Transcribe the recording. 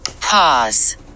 pause